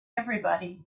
everybody